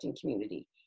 community